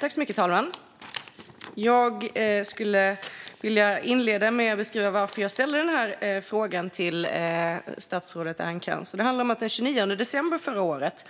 Fru talman! Jag skulle vilja inleda med att beskriva varför jag ställde den här frågan till statsrådet Ernkrans. Det handlar om att